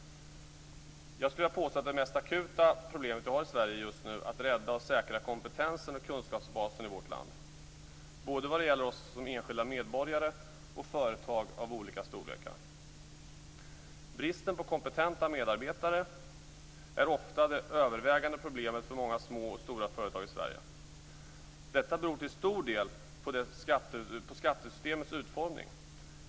Jag skulle vilja påstå att det mest akuta problemet vi har i Sverige just nu är att rädda och säkra kompetensen och kunskapsbasen i vårt land vad gäller både oss som enskilda medborgare och företag av olika storlekar. Bristen på kompetenta medarbetare är ofta det övervägande problemet för många små och stora företag i Sverige. Detta beror till stor del på skattesystemets utformning.